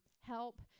help